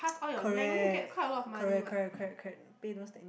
correct correct correct correct correct pay those that need